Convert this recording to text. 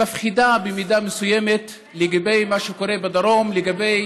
מפחידה במידה מסוימת, לגבי מה שקורה בדרום, לגבי